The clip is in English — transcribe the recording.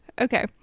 Okay